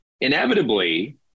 Inevitably